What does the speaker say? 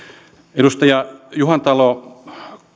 edustaja juhantalo